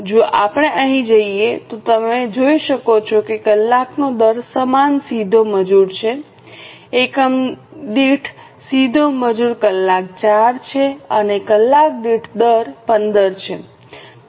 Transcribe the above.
જો આપણે અહીં જઇએ તો તમે જોઈ શકો છો કે કલાકનો દર સમાન સીધો મજૂર છે એકમ દીઠ સીધો મજૂર કલાક 4 છે અને કલાકદીઠ દર 15 છે